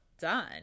done